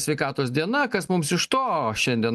sveikatos diena kas mums iš to šiandien